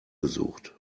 gesucht